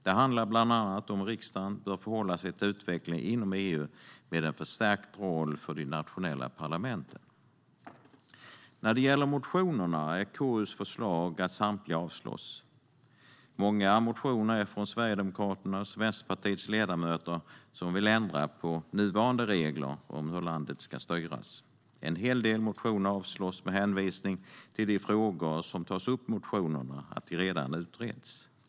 Det handlar bland annat om hur riksdagen bör förhålla sig till utvecklingen inom EU med en förstärkt roll för de nationella parlamenten. När det gäller motionerna är KU:s förslag att samtliga avslås. Många motioner är från Sverigedemokraternas och Vänsterpartiets ledamöter, som vill ändra på nuvarande regler om hur landet ska styras. En hel del motioner avstyrks med hänvisning till att de frågor som tas upp i motionerna redan utreds.